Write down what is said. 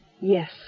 Yes